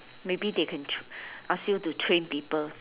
maybe they can tr~ ask you to train people